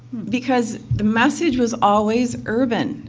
because the message was always urban,